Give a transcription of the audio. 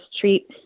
treat